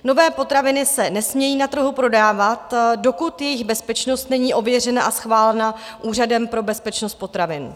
Nové potraviny se nesmějí na trhu prodávat, dokud jejich bezpečnost není ověřena a schválena Úřadem pro bezpečnost potravin.